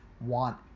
want